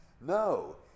No